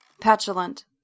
Petulant